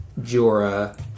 Jorah